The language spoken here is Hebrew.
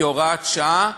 כהוראת שעה.